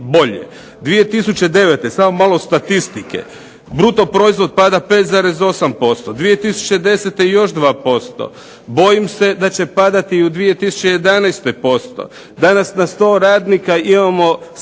bolje. 2009., samo malo statistike brutoproizvod pada 5,8%, 2010. još 2%. Bojim se da će padati i u 2011. posto. Danas na 100 radnika imamo